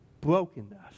brokenness